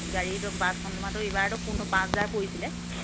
গাড়ীতো বাছখন তোমাৰতো ইবাৰটো পোন্ পাঁচ হাজাৰ পৰিছিলে